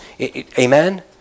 Amen